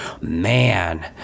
Man